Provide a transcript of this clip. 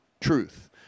truth